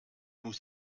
nous